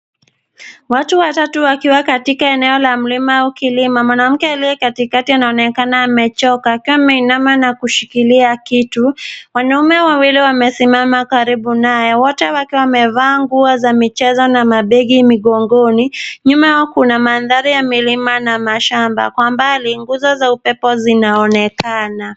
Watu watatu wakiwa katika eneo la mlima au kilima. Mwanamke aliye katikati anaonekana akiwa amechoka akiwa ameinama na kushikilia kitu. Wanaume wawili wamesimama karibu naye, wote wakiwa wamevaa nguo za michezo na mabegi migongoni. Nyuma yao kuna mandhari ya milima na mashamba. Kwa mbali, nguzo za upepo zinaonekana.